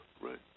right